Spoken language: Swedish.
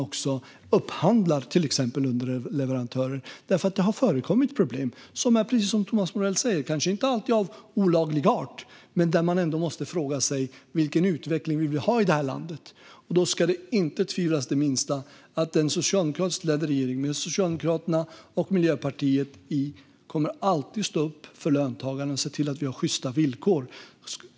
Det har nämligen förekommit problem, inte alltid av olaglig art men ändå sådana att man måste fråga sig vilken utveckling vi vill ha i detta land. Det ska inte finnas minsta tvivel på att en socialdemokratiskt ledd regering med Socialdemokraterna och Miljöpartiet alltid kommer att stå upp för löntagarna och se till att det finns sjysta villkor.